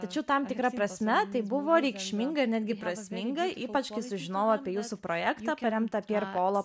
tačiau tam tikra prasme tai buvo reikšminga netgi prasminga ypač kai sužinojau apie jūsų projektą paremtą pier polo